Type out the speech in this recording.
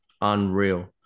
unreal